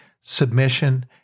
submission